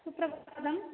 कुत्र